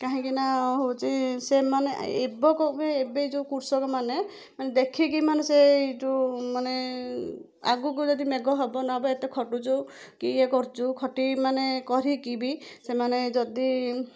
କାହିଁକିନା ହେଉଛି ସେମାନେ ଏବକ ବି ଏବେ ଯୋଉ କୃଷକ ମାନେ ଦେଖିକି ମାନେ ସେଇ ଯୋଉ ମାନେ ଆଗକୁ ଯଦି ମେଘ ହେବ ନହେବ ଏତେ ଖଟୁଛୁ କି ଇଏ କରୁଛୁ ଖଟି ମାନେ କହିକି ବି ସେମାନେ ଯଦି